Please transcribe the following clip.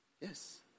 Yes